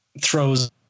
throws